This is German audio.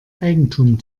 eigentum